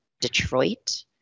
Detroit